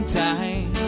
time